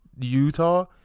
Utah –